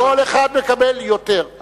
כל אחד מקבל יותר,